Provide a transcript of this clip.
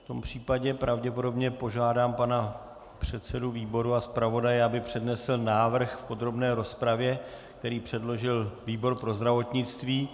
V tom případě pravděpodobně požádám pana předsedu výboru a zpravodaje, aby přednesl návrh v podrobné rozpravě, který předložil výbor pro zdravotnictví.